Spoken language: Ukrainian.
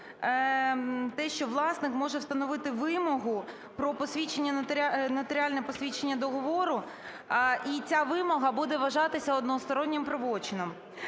те, що власник може встановити вимогу про посвідчення, нотаріальне посвідчення договору. І ця вимога буде вважатися одностороннім правочином.